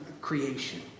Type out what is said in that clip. creation